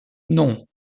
non